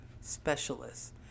specialists